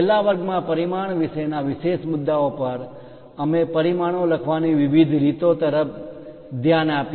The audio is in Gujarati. છેલ્લા વર્ગમાં પરિમાણ વિશે ના વિશેષ મુદ્દાઓ પર અમે પરિમાણો લખવાની વિવિધ રીતો તરફ ધ્યાન આપ્યું